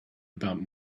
about